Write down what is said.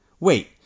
Wait